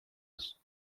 است